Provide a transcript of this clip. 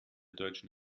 deutschen